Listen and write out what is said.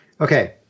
Okay